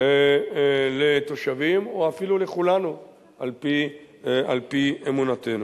לתושבים או אפילו לכולנו על-פי אמונתנו.